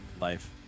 life